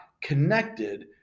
connected